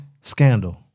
Scandal